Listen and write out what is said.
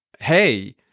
hey